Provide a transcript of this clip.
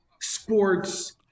sports